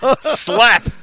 Slap